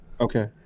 Okay